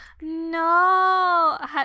no